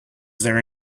there